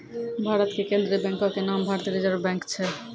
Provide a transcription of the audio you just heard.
भारत के केन्द्रीय बैंको के नाम भारतीय रिजर्व बैंक छै